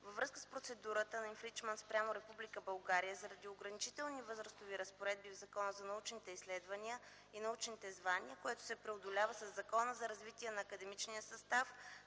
Във връзка с процедурата на инфриджмънт спрямо Република България заради ограничителни възрастови разпоредби в Закона за научните степени и научните звания, което се преодолява със Закона за развитие на академичния състав,